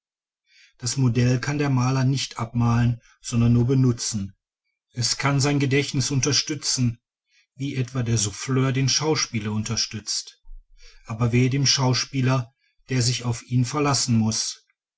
das modell kann der maler nicht abmalen sondern nur benutzen es kann sein gedächtnis unterstützen wie etwa der souffleur den schauspieler unterstützt aber wehe dem schauspieler der sich auf ihn verlassen muß